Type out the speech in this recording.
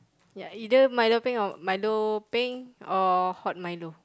ya either milo peng or milo peng or hot milo